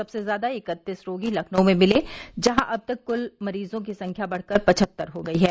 सबसे ज्यादा इकत्तीस रोगी लखनऊ में मिले जहां अब कूल मरीजों की संख्या बढ़कर पचहत्तर हो गई है